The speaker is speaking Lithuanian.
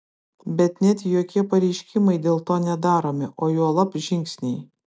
bet net jokie pareiškimai dėl to nedaromi o juolab žingsniai